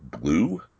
blue